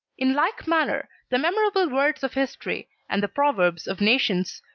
in like manner, the memorable words of history, and the proverbs of nations,